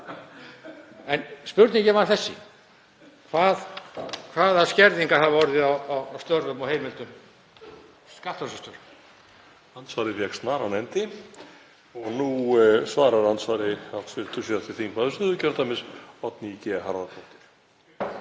En spurningin var þessi: Hvaða skerðingar hafa orðið á störfum og heimildum skattrannsóknarstjóra?